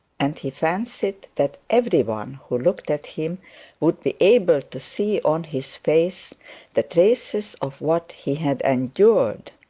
and he fancied that every one who looked at him would be able to see on his face the traces of what he had endured.